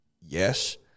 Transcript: Yes